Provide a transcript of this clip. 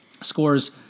scores